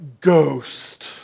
Ghost